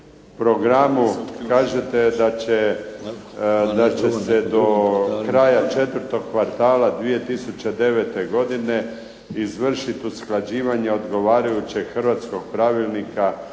programu kažete da će se do kraja četvrtog kvartala 2009. godine izvršiti usklađivanje odgovarajućeg hrvatskog pravilnika